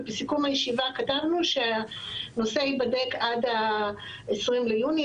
ובסיכום הישיבה כתבנו שהנושא ייבדק עד ה-20 ביוני,